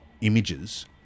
images